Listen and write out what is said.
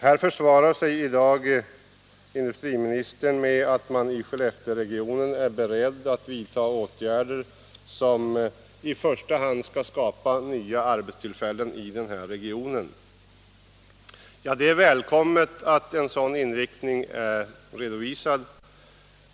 Här försvarar sig i dag industriministern med att man i Skellefteåregionen är beredd att vidta åtgärder som i första hand skall skapa arbetstillfällen i denna region. Det är välkommet att en sådan inriktning är redovisad.